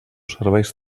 serveis